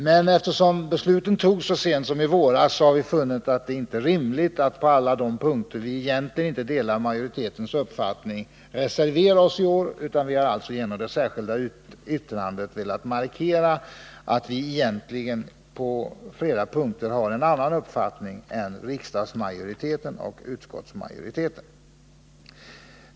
Men eftersom besluten togs så sent som i våras har vi funnit att det inte är rimligt att i år reservera oss på alla de punkter där vi egentligen inte delar majoritetens uppfattning, utan vi har genom det särskilda yttrandet velat markera att vi egentligen, på flera punkter, har en annan uppfattning än riksdagsmajoriteten och utskottsmajoriteten.